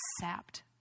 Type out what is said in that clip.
sapped